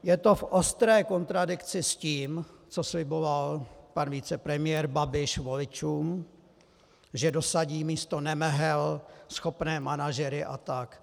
Je to v ostré kontradikci s tím, co sliboval pan vicepremiér Babiš voličům, že dosadí místo nemehel schopné manažery a tak.